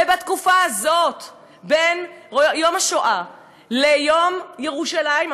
ובתקופה הזאת בין יום השואה ליום ירושלים,